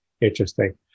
Interesting